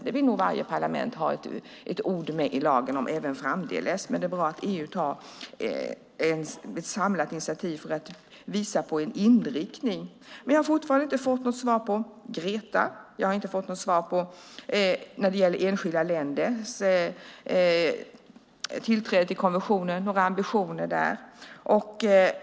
Det vill nog varje parlament ha ett ord med i laget om även framdeles. Men det är bra att EU tar ett samlat initiativ för att visa på en inriktning. Men jag har fortfarande inte fått något svar i fråga om GRETA. Jag har inte heller fått något svar när det gäller enskilda länders tillträde till konventionen och våra ambitioner där.